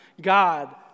God